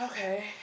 Okay